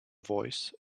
voice